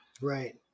Right